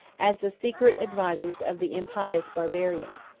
as the secret advisers of the impious barbarian.